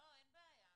אין בעיה.